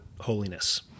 holiness